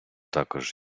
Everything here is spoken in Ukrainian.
також